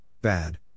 bad